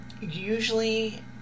Usually